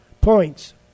points